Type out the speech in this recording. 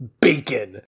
Bacon